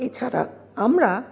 এছাড়া আমরা